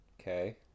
Okay